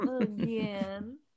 Again